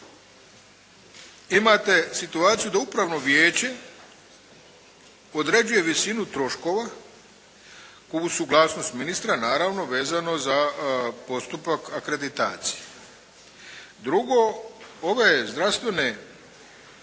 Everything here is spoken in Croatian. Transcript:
imate situaciju da upravno vijeće određuje visinu troškova uz suglasnost ministra naravno vezano za postupak akreditacije. Drugo. Ove zdravstvene